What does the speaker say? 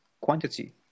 quantity